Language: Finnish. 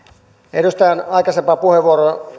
edustajan aikaisemmasta puheenvuorosta